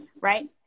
right